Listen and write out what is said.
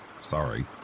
Sorry